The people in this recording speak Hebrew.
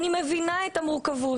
אני מבינה את המורכבות.